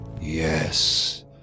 Yes